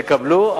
תקבלו.